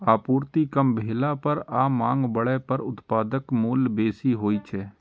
आपूर्ति कम भेला पर आ मांग बढ़ै पर उत्पादक मूल्य बेसी होइ छै